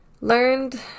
learned